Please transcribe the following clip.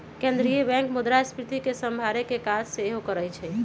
केंद्रीय बैंक मुद्रास्फीति के सम्हारे के काज सेहो करइ छइ